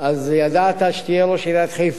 ידעת שתהיה ראש עיריית חיפה,